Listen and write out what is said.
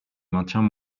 maintiens